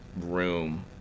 room